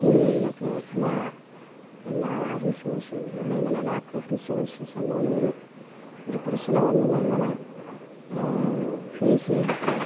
സ്കൂളുകളിലൊക്കെ എല്ലാ എല്ലാ റിസോഴ്സും അവിടെ ഇങ്ങനെ ലാക്ക് ഓഫ് റിസോഴ്സ്സ് എന്നുള്ളയൊരു ഒരു പ്രശ്നം ഒന്നും ഞങ്ങൾ ഫേസ് ചെയ്തിട്ടില്ല